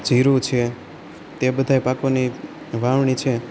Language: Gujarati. જીરું છે તે બધાંય પાકોની વાવણી છે